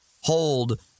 hold